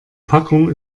packung